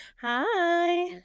Hi